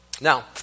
Now